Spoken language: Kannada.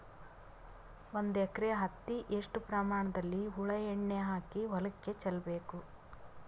ಒಂದು ಎಕರೆ ಹತ್ತಿ ಎಷ್ಟು ಪ್ರಮಾಣದಲ್ಲಿ ಹುಳ ಎಣ್ಣೆ ಹಾಕಿ ಹೊಲಕ್ಕೆ ಚಲಬೇಕು?